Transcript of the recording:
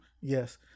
Yes